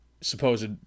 supposed